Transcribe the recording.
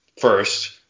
first